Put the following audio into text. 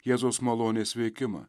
jėzaus malonės veikimą